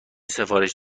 سفارش